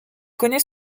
connait